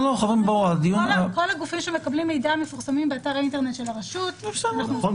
כל הגופים שמקבלים מידע מפורסמים באתר האינטרנט של הרשות -- נכון,